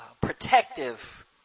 protective